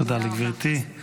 תודה לגברתי.